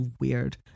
weird